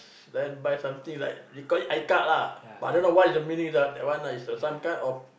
then buy something like we call it i-Card lah but I don't know what's the meaning ah that one is uh some kind of